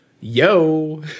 yo